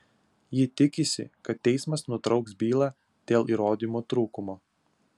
ji tikisi kad teismas nutrauks bylą dėl įrodymų trūkumo